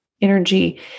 energy